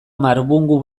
marbungu